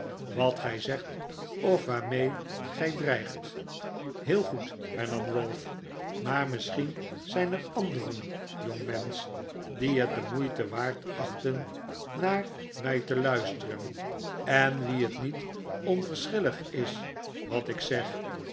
wat gij zegt of waarmee gij dreigt heel goed hernam ralph maar misschien zijn er anderen jongmensch die het de moeite waard achten naar mij te luisteren en wie het niet onverschillig is wat ik zeg